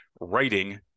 writing